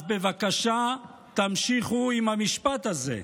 אז בבקשה תמשיכו עם המשפט הזה.